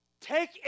take